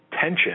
tension